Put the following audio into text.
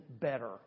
better